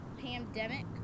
pandemic